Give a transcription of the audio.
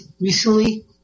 recently